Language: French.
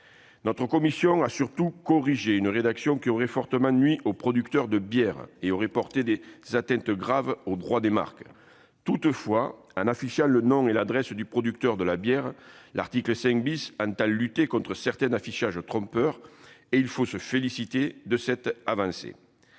Notre commission a surtout corrigé une rédaction qui aurait fortement nui aux producteurs de bières et aurait porté des atteintes graves au droit des marques. Toutefois, en prévoyant l'affichage du nom et de l'adresse du producteur de la bière, l'article 5 entend lutter contre certains affichages trompeurs, et il faut se féliciter de cette avancée.